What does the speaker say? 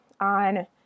on